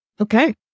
Okay